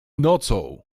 nocą